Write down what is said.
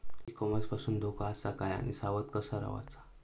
E commerce पासून धोको आसा काय आणि सावध कसा रवाचा?